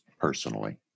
personally